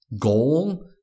goal